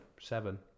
seven